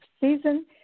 season